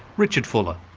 richard fuller.